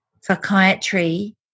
psychiatry